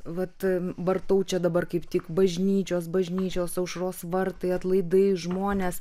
vat vartau čia dabar kaip tik bažnyčios bažnyčios aušros vartai atlaidai žmonės